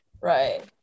right